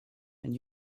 and